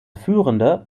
führende